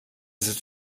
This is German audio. sitzt